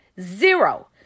Zero